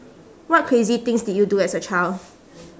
what crazy things did you do as a child